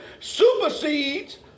supersedes